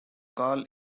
carl